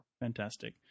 Fantastic